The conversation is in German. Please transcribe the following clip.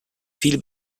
viel